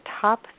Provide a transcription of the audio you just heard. top